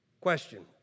Question